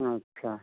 अच्छा